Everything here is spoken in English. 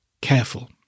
careful